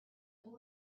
boy